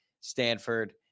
Stanford